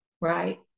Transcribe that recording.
Right